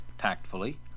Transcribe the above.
tactfully